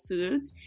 Foods